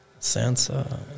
Sansa